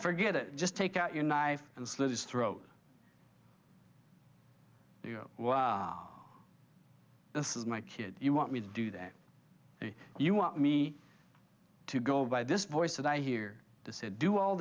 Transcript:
forget it just take out your knife and slit his throat you know this is my kid you want me to do that you want me to go buy this voice that i hear this it do all